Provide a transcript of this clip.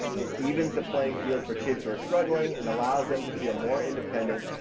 it evens the playing field for kids who are struggling and allows them to feel more independent,